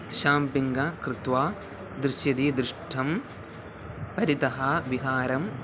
shopping कृत्वा दृश्यति दृष्टं परितः विहारम्